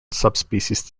subspecies